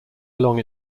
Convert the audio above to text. along